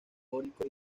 jónico